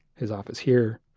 his office here,